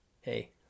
Hey